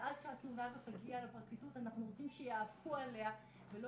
ואז כשהתלונה הזאת תגיע לפרקליטות אנחנו רוצים שיאבקו עליה ולא